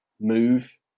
move